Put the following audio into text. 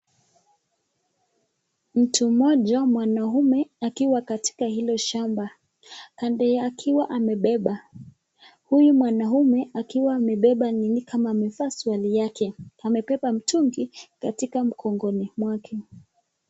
Mtu moja mwanaume akiwa katika hilo shamba akiwa amebeba, huyu mwanaume akiwa amebeba ninii akiwa amevaa suruali yake amebeba mitungi katika mgongoni mwake.